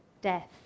death